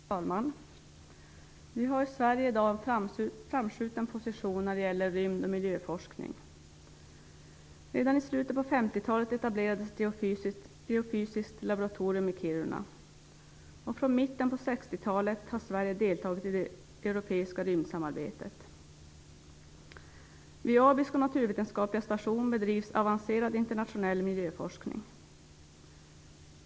Herr talman! Vi har i Sverige i dag en framskjuten position när det gäller rymd och miljöforskning. Redan i slutet på 50-talet etablerades ett geofysiskt laboratorium i Kiruna. Sedan mitten på 60-talet har Sverige deltagit i det europeiska rymdsamarbetet. Vid Abisko naturvetenskapliga station bedrivs avancerad internationell miljöforskning.